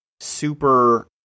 super